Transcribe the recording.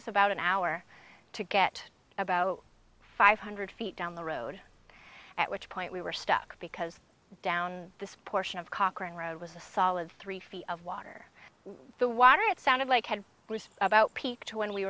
us about an hour to get about five hundred feet down the road at which point we were stuck because down this portion of cochran road was a solid three feet of water the water it sounded like had about peaked when we